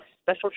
special